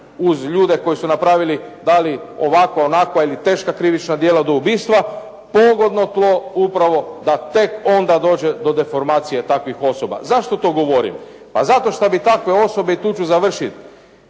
uz ljude koji su napravili da li ovakva, onakva ili teška krivična djela do ubistva, pogodno tlo upravo da tek onda dođe do deformacije takvih osoba. Zašto to govorim? Pa zato što bi takve osobe, i tu ću završit,